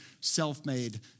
self-made